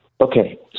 Okay